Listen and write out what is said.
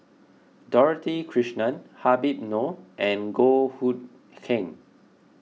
Dorothy Krishnan Habib Noh and Goh Hood Keng